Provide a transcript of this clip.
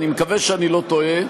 ואני מקווה שאני לא טועה,